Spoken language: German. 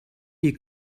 ihr